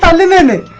ah limit